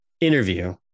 interview